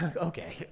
okay